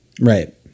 Right